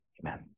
Amen